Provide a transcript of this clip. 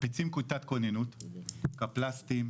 מקפיצים כיתת כוננות, קפל"סטים,